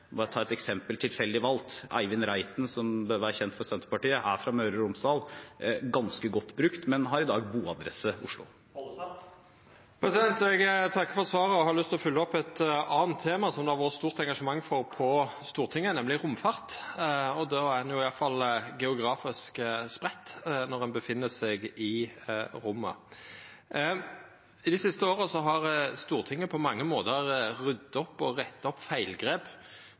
bare ta et tilfeldig valgt eksempel: Eivind Reiten, som bør være kjent for Senterpartiet, er fra Møre og Romsdal – ganske godt brukt, men har i dag boadresse Oslo. Eg takkar for svaret og har lyst til å følgja opp med eit anna tema som det har vore stort engasjement for på Stortinget, nemleg romfart – då er ein iallfall geografisk spreidd, når ein oppheld seg i rommet. I dei siste åra har Stortinget på mange måtar rydda opp i og retta feilgrep